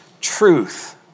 truth